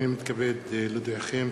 הנני מתכבד להודיעכם,